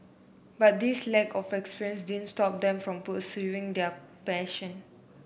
but this lack of experience didn't stop them from pursuing their passion